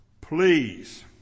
Please